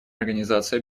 организации